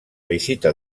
visita